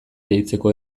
deitzeko